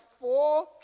four